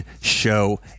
show